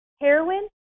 heroin